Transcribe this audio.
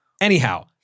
Anyhow